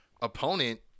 opponent